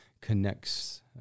connects